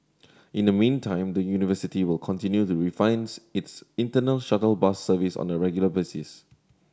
in the meantime the university will continue the refines its internal shuttle bus service on a regular basis